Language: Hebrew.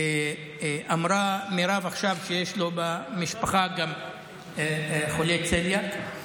אמרה מירב עכשיו שגם לו יש במשפחה חולה צליאק.